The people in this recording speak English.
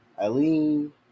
Eileen